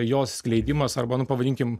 jos skleidimas arba nu pavadinkim